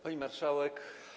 Pani Marszałek!